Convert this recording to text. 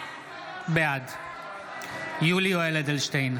בעד יולי יואל אדלשטיין,